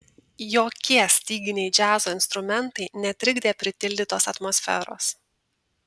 jokie styginiai džiazo instrumentai netrikdė pritildytos atmosferos